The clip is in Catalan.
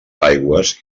aigües